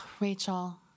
Rachel